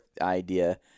idea